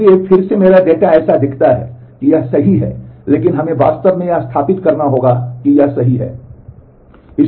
इसलिए फिर से मेरा डेटा ऐसा दिखता है कि यह सही है लेकिन हमें वास्तव में यह स्थापित करना होगा कि यह सही है